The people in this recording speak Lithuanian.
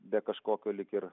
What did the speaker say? be kažkokio lyg ir